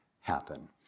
happen